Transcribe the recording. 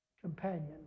companion